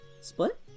Split